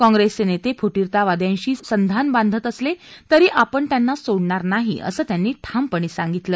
काँग्रिसचे नेते फुटीरतावाद्यांशी संघान बांधत असले तरी आपण त्यांना सोडणार नाही असं त्यांनी ठामपणे सांगितलं